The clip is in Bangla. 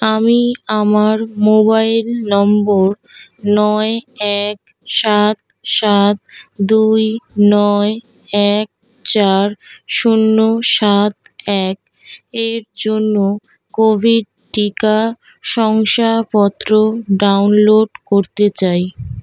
আমি আমার মোবাইল নম্বর নয় এক সাত সাত দুই নয় এক চার শূন্য সাত এক এর জন্য কোভিড টিকা শংসাপত্র ডাউনলোড করতে চাই